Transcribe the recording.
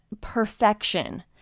perfection